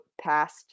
past